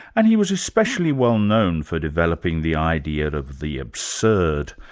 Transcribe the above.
and he was especially well known for developing the idea of the absurd,